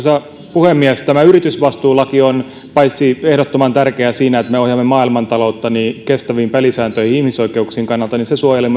puhemies tämä yritysvastuulaki on ehdottoman tärkeä paitsi siinä että me ohjaamme maailmantaloutta kestäviin pelisääntöihin ihmisoikeuksien kannalta myös siinä että se suojelee